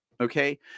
Okay